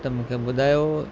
त मूंखे ॿुधायो